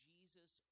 Jesus